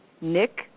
Nick